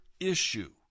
Issue